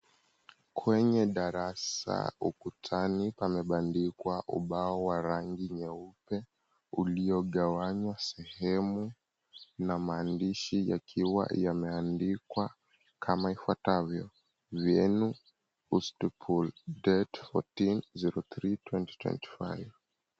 Kwenye darasa ukutani pamebandikwa ubao wa rangi nyeupe uliogawanywa sehemu na maandishi yakiwa yameandikwa kama ifuatavyo, Venue postpul, date 14.03.2025.